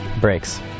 Brakes